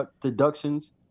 deductions